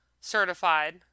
certified